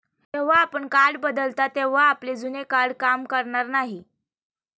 जेव्हा आपण कार्ड बदलता तेव्हा आपले जुने कार्ड काम करणार नाही